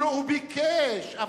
הוא ביקש.